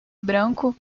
branco